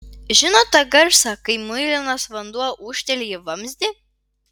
žinot tą garsą kai muilinas vanduo ūžteli į vamzdį